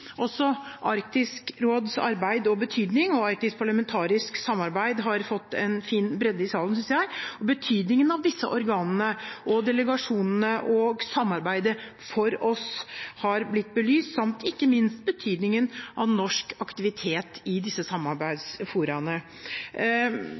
Også Arktisk råds arbeid og betydning og arktisk parlamentarisk samarbeid er bredt omtalt i salen, synes jeg, og betydningen av disse organene og delegasjonene og samarbeidet samt ikke minst betydningen av norsk aktivitet i disse